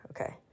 Okay